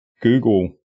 google